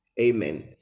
Amen